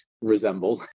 resemble